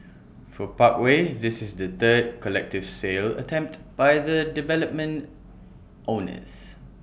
for Parkway this is the third collective sale attempt by the development's owners